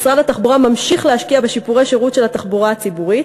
משרד התחבורה ממשיך להשקיע בשיפורי השירות של התחבורה הציבורית.